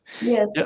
Yes